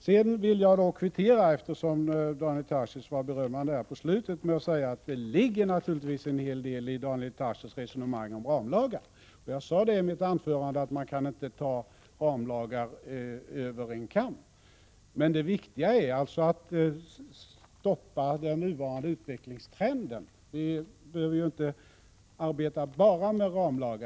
Låt mig så kvittera Daniel Tarschys beröm till centerpartiet med att säga att det naturligtvis ligger en hel del i Daniel Tarschys resonemang om ramlagar. Jag sade i mitt inledningsanförande att man inte kan ta ramlagar över en kam. Det viktiga är att stoppa den nuvarande utvecklingstrenden. Vi behöver ju inte arbeta bara med ramlagar.